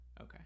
okay